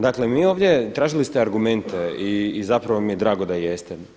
Dakle, mi ovdje tražili ste argumente i zapravo mi je drago da jeste.